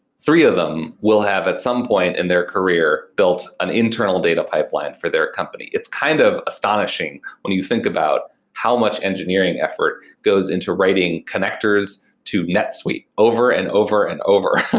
three of them will have at some point in their career built an internal data pipeline for their company. it's kind of astonishing when you think about how much engineering effort goes into writing connectors to netsuite over and over and over,